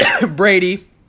Brady